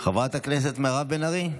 חברת הכנסת מרב מיכאלי,